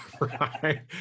right